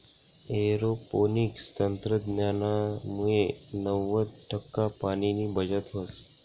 aeroponics तंत्रज्ञानमुये नव्वद टक्का पाणीनी बचत व्हस